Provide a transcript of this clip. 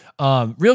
Real